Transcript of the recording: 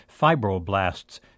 fibroblasts